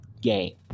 game